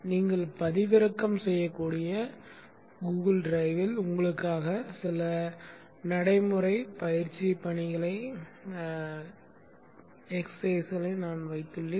நீங்கள் பதிவிறக்கம் செய்யக்கூடிய கூகுள் டிரைவில் உங்களுக்காக சில நடைமுறை பயிற்சி பணிகளை நான் வைத்துள்ளேன்